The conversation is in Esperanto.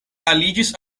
aliĝis